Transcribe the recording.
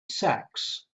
sacks